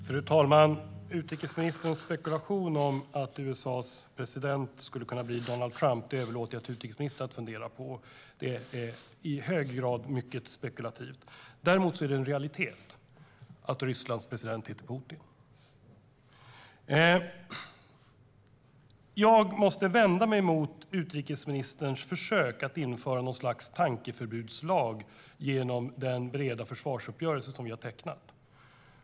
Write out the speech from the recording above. Fru talman! Utrikesministerns spekulation om att Donald Trump skulle kunna bli USA:s president överlåter jag åt utrikesministern att fundera på. Det är i hög grad mycket spekulativt. Däremot är det en realitet att Rysslands president heter Putin. Jag måste vända mig mot utrikesministerns försök att införa något slags tankeförbudslag genom den breda försvarsuppgörelse som vi har ingått.